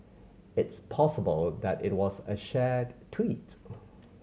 it's possible that it was a shared tweet